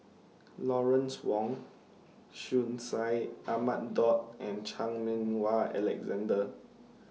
Lawrence Wong Shyun Tsai Ahmad Daud and Chan Meng Wah Alexander